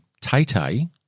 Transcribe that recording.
Tay-Tay